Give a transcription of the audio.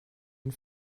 and